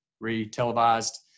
re-televised